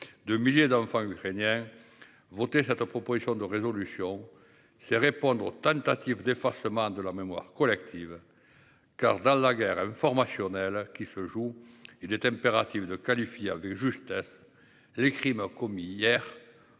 De milliers d'enfants ukrainiens voter cette proposition de résolution. C'est répondre aux tentatives d'effacement de la mémoire collective. Car dans la guerre informationnelle qui se joue. Il est impératif de qualifier avec justesse les crimes commis hier.